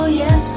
yes